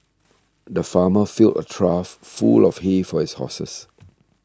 the farmer filled a trough full of hay for his horses